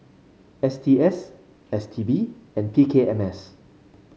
S T S S T B and P K M S